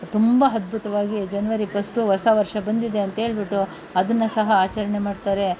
ತುಂಬ ಅದ್ಭುತವಾಗಿ January first ಹೊಸ ವರ್ಷ ಬಂದಿದೆ ಅಂಥೇಳ್ಬಿಟ್ಟು ಅದನ್ನು ಸಹ ಆಚರಣೆ ಮಾಡ್ತಾರೆ